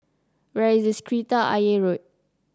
where is Kreta Ayer Road